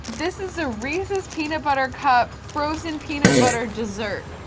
this is a reese's peanut butter cup, frozen peanut butter dessert.